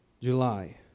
July